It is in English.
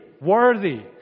worthy